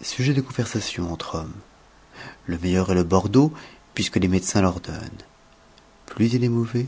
sujet de conversation entre hommes le meilleurs est le bordeaux puisque les médecins l'ordonnent plus il est mauvais